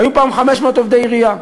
היו פעם 500 עובדי עירייה.